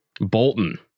Bolton